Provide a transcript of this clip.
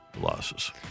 losses